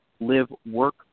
live-work